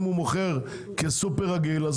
אם הוא מוכר כסופר רגיל,